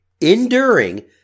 enduring